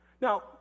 Now